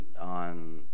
on